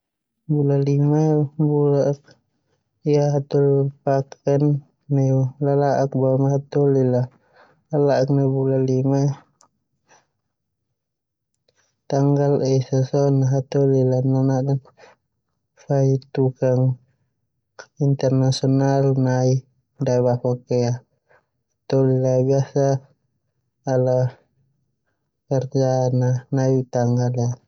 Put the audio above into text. Bula lima ia hataholi la paken neu lala'ok, boema hataholu a lalelak nai bula lima tanggal esa so na hataholi la lanade fai tukang internasional.